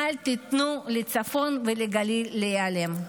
אל תיתנו לצפון ולגליל להיעלם.